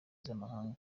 z’amahanga